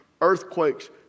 earthquakes